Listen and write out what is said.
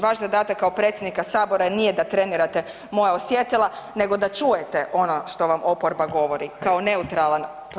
Vaš zadatak kao predsjednika sabora nije da trenirate moja osjetila nego da čujete ono što vam oporba govori kao neutralan promatrač.